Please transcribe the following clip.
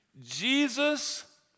Jesus